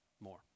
more